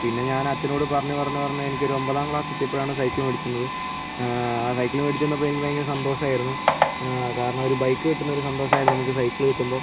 പിന്നെ ഞാൻ അച്ഛനോട് പറഞ്ഞ് പറഞ്ഞ് പറഞ്ഞ് എനിക്ക് ഒരൊമ്പതാം ക്ലാസ്സെത്തിയപ്പോഴാണ് സൈക്കിൾ മേടിച്ച് തന്നത് സൈക്കിൾ മേടിച്ച് തന്നപ്പോൾ എനിക്ക് ഭയങ്കര സന്തോഷമായിരുന്നു കാരണം ഒരു ബൈക്ക് കിട്ടുന്ന ഒരു സന്തോഷായിരുന്നു നമുക്ക് സൈക്കിള് കിട്ടുമ്പോൾ